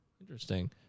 Interesting